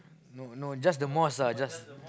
no no just the mosque ah just